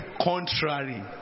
contrary